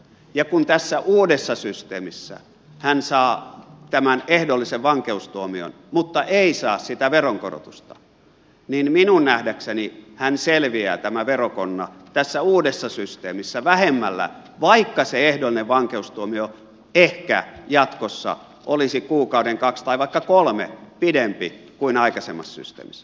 ja kun tässä uudessa systeemissä hän saa tämän ehdollisen vankeustuomion mutta ei saa sitä veronkorotusta niin minun nähdäkseni hän tämä verokonna selviää tässä uudessa systeemissä vähemmällä vaikka se ehdollinen vankeustuomio ehkä jatkossa olisi kuukauden kaksi tai vaikka kolme pidempi kuin aikaisemmassa systeemissä